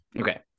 okay